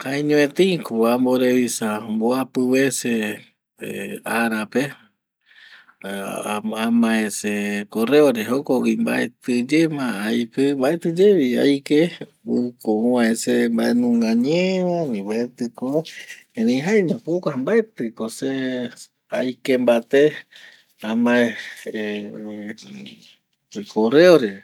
Jaeño eteiko amo revisa mbuapi vece ara pe amae se correo re jokoüi mbaeti ye ma aike, ouko ovae se mbae nunga ñe va ni mbaeti ko vae erei jaeko jokua mbaeti ko se aike mbaete ame se correo re.